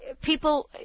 people